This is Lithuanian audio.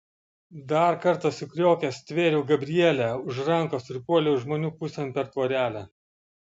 dar kartą sukriokęs stvėriau gabrielę už rankos ir puoliau žmonių pusėn per tvorelę